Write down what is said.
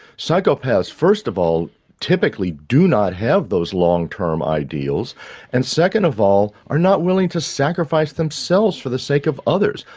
psychopaths first of all typically do not have those long term ideals and, second of all, are not willing to sacrifice themselves for the sake of others,